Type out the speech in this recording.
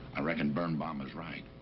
i reckon birnbaum was right.